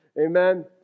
Amen